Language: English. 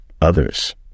others